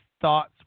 thoughts